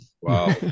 Wow